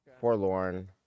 Forlorn